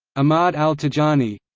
ahmad al-tijani